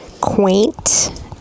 quaint